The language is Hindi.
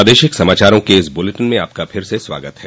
प्रादेशिक समाचारों के इस बुलेटिन में आपका फिर से स्वागत है